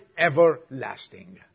Everlasting